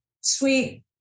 sweet